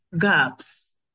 gaps